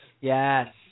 Yes